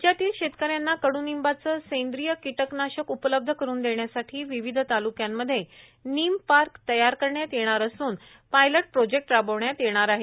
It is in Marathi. राज्यातील शेतकऱ्यांना कड्निंबाचं सेंद्रिय कीटकनाशक उपलब्ध करून देण्यासाठी विविध तालुक्यांमध्ये निमपार्क तयार करण्यात येणार असून पायलेट प्रोजेक्ट राबविण्यात येणार आहे